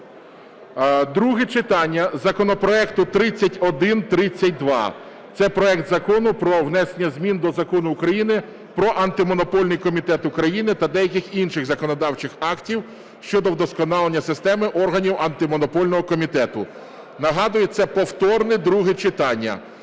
друге читання законопроекту 3132. Це проект Закону про внесення змін до Закону України "Про Антимонопольний комітет України" та деяких інших законодавчих актів щодо вдосконалення системи органів Антимонопольного комітету. Нагадую, це повторне друге читання.